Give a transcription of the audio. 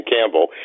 Campbell